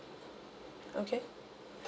okay